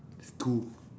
it's two